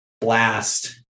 Blast